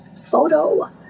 photo